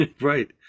Right